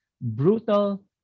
brutal